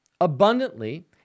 abundantly